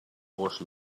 vos